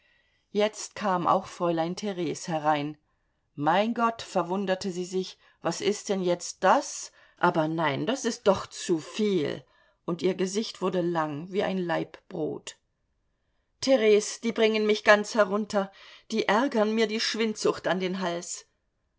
jetzt kam auch fräulein theres herein mein gott verwunderte sie sich was ist denn jetzt das aber nein das ist doch zuviel und ihr gesicht wurde lang wie ein laib brot theres die bringen mich ganz herunter die ärgern mir die schwindsucht an den hals